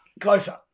closer